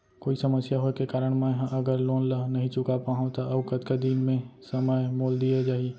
कोई समस्या होये के कारण मैं हा अगर लोन ला नही चुका पाहव त अऊ कतका दिन में समय मोल दीये जाही?